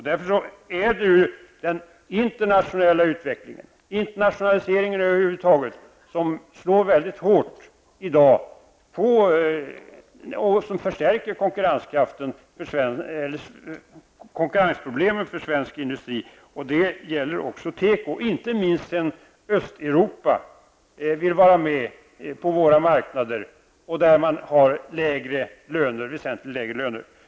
Därför slår den internationella utvecklingen, internationaliseringen över huvud taget, väldigt hårt i dag. Dessutom förstärks konkurrensproblemen för svensk industri, och det gäller alltså även teko -- inte minst sedan Östeuropa anmält att man vill vara med på våra marknader. Det är då fråga om väsentligt lägre löner än här.